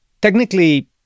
Technically